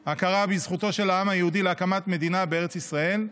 הייתה הכרה בזכותו של העם היהודי להקמת מדינה בארץ ישראל.